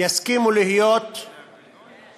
יסכימו להיות אזרחים